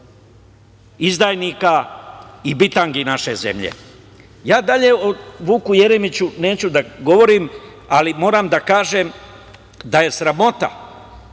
izdajnika i bitangi naše zemlje. Ja dalje o Vuku Jeremiću neću da govorim, ali moram da kažem da je sramota